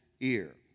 ear